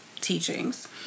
teachings